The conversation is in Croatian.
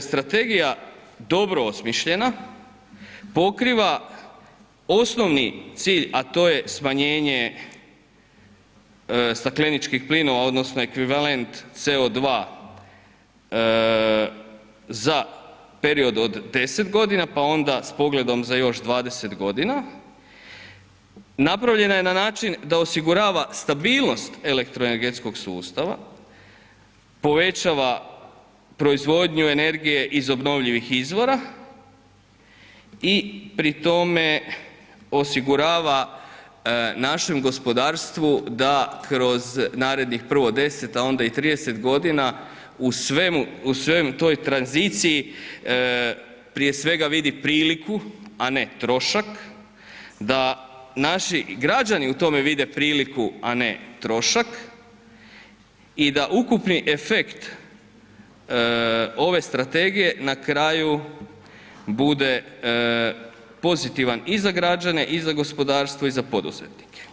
strategija dobro osmišljena, pokriva osnovni cilj a to je smanjenje stakleničkih plinova odnosno ekvivalent CO2 za period od 10 g. pa onda s pogledom za još 20 g., napravljena je na način da osigurava stabilnost elektroenergetskog sustava, povećava proizvodnju energije iz obnovljivih izvora i pri tome osigurava našem gospodarstvu da kroz narednih prvo 10 a onda i 30 g. u svemu, u svem tom tranziciji, prije svega vidi priliku a ne trošak, da naši i građani u tome vide priliku a ne trošak i da ukupni efekt ove strategije na kraju bude pozitivan i za građane i za gospodarstvo i za poduzetnike.